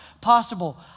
possible